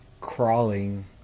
crawling